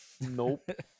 Nope